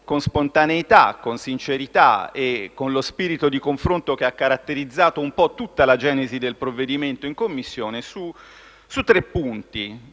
con spontaneità, sincerità e con lo spirito di confronto che ha caratterizzato un po' tutta la genesi del provvedimento in Commissione, su tre punti